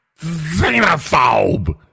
xenophobe